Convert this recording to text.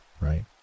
right